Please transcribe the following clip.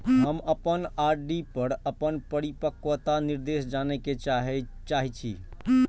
हम अपन आर.डी पर अपन परिपक्वता निर्देश जाने के चाहि छी